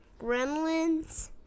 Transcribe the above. Gremlins